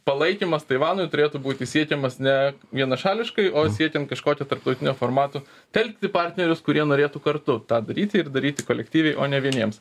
palaikymas taivanui turėtų būti siekiamas ne vienašališkai o siekiant kažkokio tarptautinio formato telkti partnerius kurie norėtų kartu tą daryti ir daryti kolektyviai o ne vieniems